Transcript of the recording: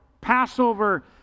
Passover